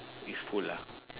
is full ah